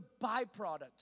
byproduct